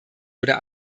oder